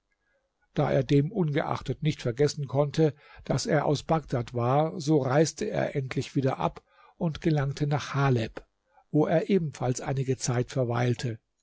da er demungeachtet nicht vergessen konnte daß er aus bagdad war so reiste er endlich wieder ab und gelangte nach haleb wo er ebenfalls einige zeit verweilte